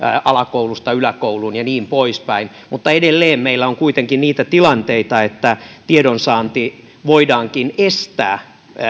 alakoulusta yläkouluun ja niin poispäin mutta edelleen meillä on kuitenkin niitä tilanteita että tiedonsaanti voidaankin estää